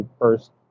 first